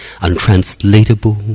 untranslatable